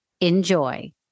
Enjoy